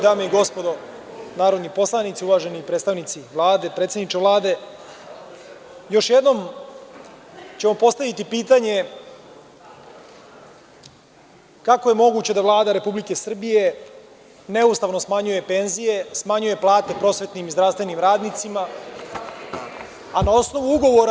Dame i gospodo narodni poslanici, uvaženi predstavnici Vlade, predsedniče Vlade, još jednom ću vam postaviti pitanje – kako je moguće da Vlada Republike Srbije neustavno smanjuje penzije, smanjuje plate prosvetnim i zdravstvenim radnicima, a na osnovu ugovora